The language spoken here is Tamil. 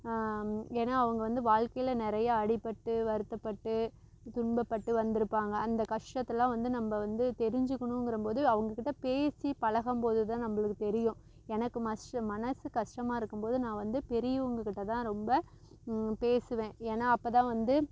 ஏன்னால் அவங்க வந்து வாழ்க்கையில நிறைய அடிப்பட்டு வருத்தப்பட்டு துன்பப்பட்டு வந்திருப்பாங்க அந்த கஷ்டத்தெல்லாம் வந்து நம்ம வந்து தெரிஞ்சுக்கணுங்கிறம்போது அவங்க கிட்டே பேசி பழுகம்போதுதான் நம்மளுக்கு தெரியும் எனக்கு மஸ் மனது கஷ்டமா இருக்கும்போது நான் வந்து பெரியவங்கள் கிட்டேதான் ரொம்ப பேசுவேன் ஏன்னால் அப்போதான் வந்து